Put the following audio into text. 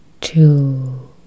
Two